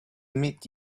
meet